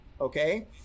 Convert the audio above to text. okay